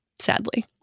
sadly